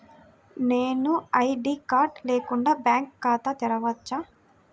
నేను ID card లేకుండా bank ఖాతా తెరవచ్చా?